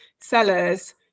sellers